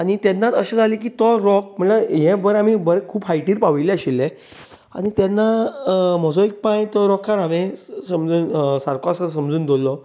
आनी तेन्नाच अशें जालें की तो राॅक म्हळ्यार हें बरें आमी खूूब हायटीर पाविल्ले आशिल्ले आनी तेन्ना म्हजो एक पांय तो राॅकार हांवेन समजून सारको आसा समजून दवरलो